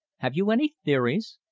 have you any theories?